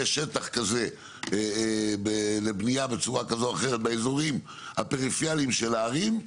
שטח כזה לבניה בצורה כזו או אחרת באזורים הפריפריאליים של הערים,